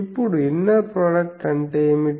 ఇప్పుడు inner product అంటే ఏమిటి